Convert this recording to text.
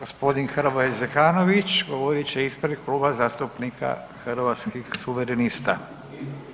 Gospodin Hrvoje Zekanović govorit će ispred Kluba zastupnika Hrvatskih suverenista.